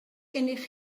gennych